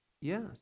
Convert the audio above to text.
Yes